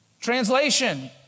Translation